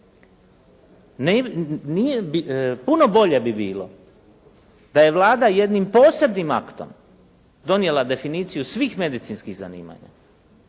Puno bolje bi bilo da je Vlada jednim posebnim aktom donijela definiciju svih medicinskih zanimanja,